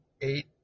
eight